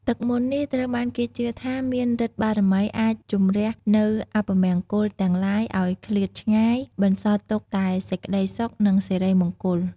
ទឹកមន្តនេះត្រូវបានគេជឿថាមានឫទ្ធិបារមីអាចជម្រះនូវអពមង្គលទាំងឡាយឲ្យឃ្លាតឆ្ងាយ បន្សល់ទុកតែសេចក្ដីសុខនិងសិរីមង្គល។